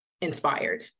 inspired